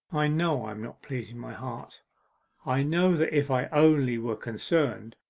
i know i am not pleasing my heart i know that if i only were concerned,